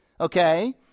okay